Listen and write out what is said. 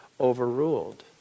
overruled